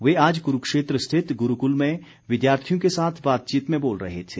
वे आज क्रूक्षेत्र स्थित ग्रूकल में विद्यार्थियों के साथ बातचीत में बोल रहे थे